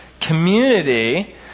Community